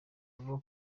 avuga